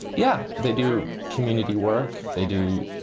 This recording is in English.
yeah, they do community work. they do,